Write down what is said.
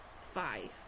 five